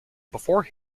before